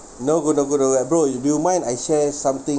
you know guruh guruh ah bro you do you mind I share something